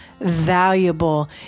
valuable